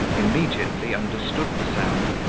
immediately understood the sound,